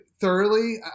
thoroughly